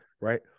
right